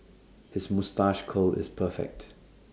his moustache curl is perfect